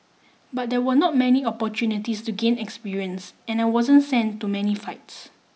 but there were not many opportunities to gain experience and I wasn't sent to many fights